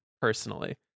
personally